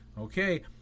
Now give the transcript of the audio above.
Okay